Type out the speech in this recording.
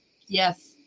Yes